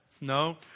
No